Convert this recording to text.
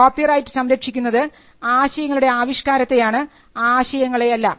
copyright സംരക്ഷിക്കുന്നത് ആശയങ്ങളുടെ ആവിഷ്കാരത്തെയാണ് ആശയങ്ങളെ അല്ല